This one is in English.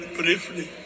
briefly